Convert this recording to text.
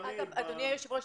אדוני היושב ראש,